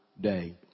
day